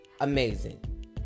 amazing